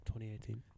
2018